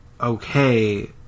okay